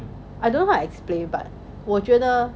I don't know how to explain but 我觉得